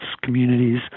communities